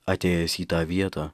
atėjęs į tą vietą